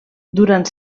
durant